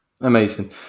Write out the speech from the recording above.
Amazing